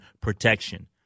protection